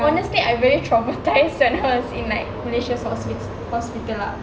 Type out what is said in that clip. honestly I very traumatised cause like malaysia's hospi~ hospital lah